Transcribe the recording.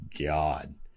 God